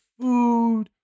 food